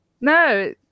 No